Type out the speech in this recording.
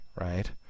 right